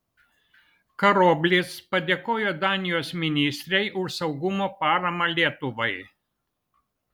karoblis padėkojo danijos ministrei už saugumo paramą lietuvai